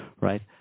right